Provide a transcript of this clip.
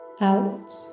out